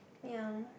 ya